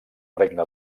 regne